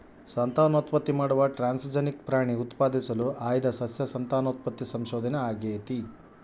ಸಂತಾನೋತ್ಪತ್ತಿ ಮಾಡುವ ಟ್ರಾನ್ಸ್ಜೆನಿಕ್ ಪ್ರಾಣಿ ಉತ್ಪಾದಿಸಲು ಆಯ್ದ ಸಸ್ಯ ಸಂತಾನೋತ್ಪತ್ತಿ ಸಂಶೋಧನೆ ಆಗೇತಿ